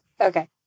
okay